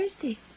Thursday